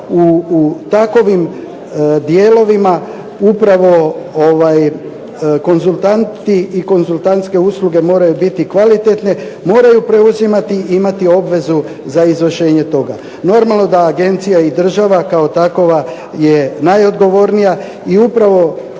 u takovim dijelovima upravo konzultanti i konzultantske usluge moraju biti kvalitetne, moraju preuzimati, imati obvezu za izvršenje toga. Normalno da agencija i država kao takova je najodgovornija i upravo